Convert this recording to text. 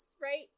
right